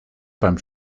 beim